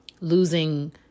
losing